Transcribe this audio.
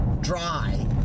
dry